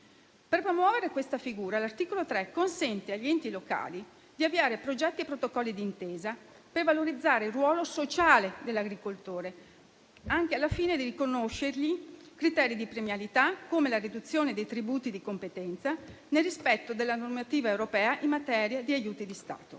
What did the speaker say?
Per promuovere questa figura, l'articolo 3 consente agli enti locali di avviare progetti e protocolli d'intesa per valorizzare il ruolo sociale dell'agricoltore, anche al fine di riconoscere loro criteri di premialità, come la riduzione dei tributi di competenza, nel rispetto della normativa europea in materia di aiuti di Stato.